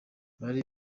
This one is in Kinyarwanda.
bari